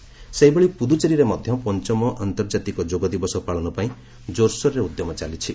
ପୁଡ଼ୁଚେରୀ ଯୋଗ ସେହିଭଳି ପୁଦୁଚେରୀରେ ମଧ୍ୟ ପଞ୍ଚମ ଆନ୍ତର୍ଜାତିକ ଯୋଗ ଦିବସ ପାଳନ ପାଇଁ କୋର୍ସୋର୍ ଉଦ୍ୟମ ଚାଲିଛି